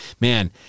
man